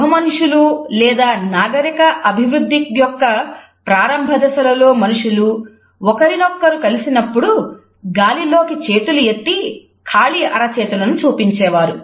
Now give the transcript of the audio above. గుహమనుషులు లేదా నాగరికత అభివృద్ధి యొక్క ప్రారంభ దశలలో మనుషులు ఒకరినొకరు కలిసినప్పుడు గాలిలోకి చేతులు ఎత్తి ఖాళీ అరచేతులను చూపించేవారు